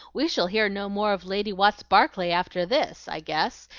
we shall hear no more of lady watts barclay after this, i guess,